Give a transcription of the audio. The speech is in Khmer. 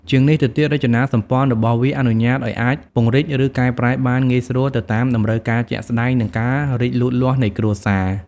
ជាងនេះទៅទៀត រចនាសម្ព័ន្ធរបស់វាអនុញ្ញាតឲ្យអាច ពង្រីក ឬកែប្រែបានងាយស្រួល ទៅតាមតម្រូវការជាក់ស្តែង និងការរីកលូតលាស់នៃគ្រួសារ ។